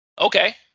Okay